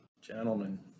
gentlemen